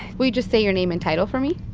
will you just say your name and title for me?